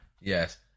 Yes